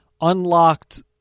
unlocked